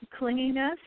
clinginess